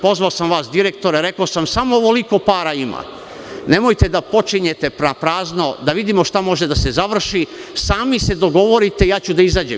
Pozvao sam vas, direktore, i rekao sam – samo ovoliko para ima, nemojte da počinjete prazno, da vidimo šta može da se završi, sami se dogovorite, ja ću da izađem.